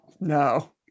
No